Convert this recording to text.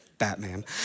Batman